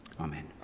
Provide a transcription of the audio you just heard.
Amen